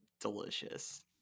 delicious